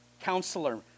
Counselor